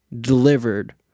delivered